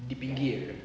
dipinggir